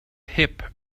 hip